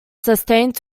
sustained